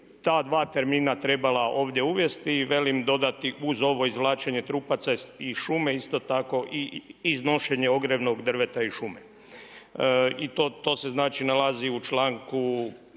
ta dva termina trebala ovdje uvesti. I velim dodati uz ovo izvlačenje trupaca iz šume, isto tako i iznošenje ogrjevnog drveta iz šume. To se znači nalazi u članku 5.